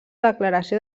declaració